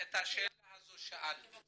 את השאלה הזאת שאלת.